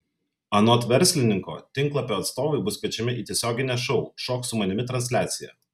anot verslininko tinklapio atstovai bus kviečiami į tiesioginę šou šok su manimi transliaciją